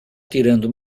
tirando